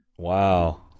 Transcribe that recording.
Wow